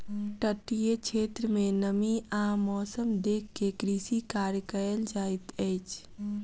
तटीय क्षेत्र में नमी आ मौसम देख के कृषि कार्य कयल जाइत अछि